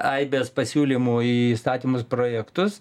aibės pasiūlymų į įstatymus projektus